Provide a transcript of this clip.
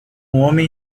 homem